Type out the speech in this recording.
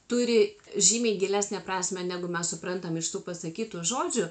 turi žymiai gilesnę prasmę negu mes suprantam iš tų pasakytų žodžių